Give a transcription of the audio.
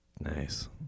Nice